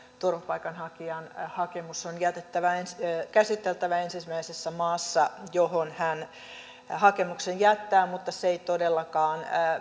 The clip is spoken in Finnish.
turvapaikanhakijan hakemus on käsiteltävä ensimmäisessä maassa johon hän hakemuksen jättää mutta se ei todellakaan